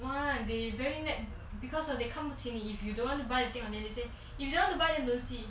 why are they very net because they come to see me if you don't want buy thing on anything you you want to buy embassy